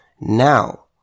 Now